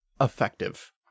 effective